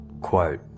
quote